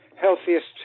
healthiest